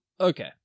okay